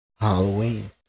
Halloween